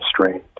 strained